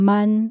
Man